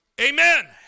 Amen